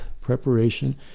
preparation